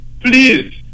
please